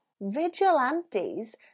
Vigilantes